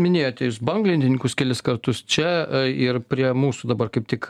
minėjote jus banglentininkus kelis kartus čia ir prie mūsų dabar kaip tik